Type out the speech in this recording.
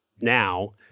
now